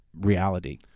reality